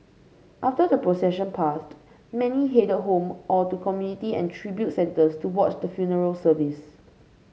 after the procession passed many headed home or to community and tribute centres to watch the funeral service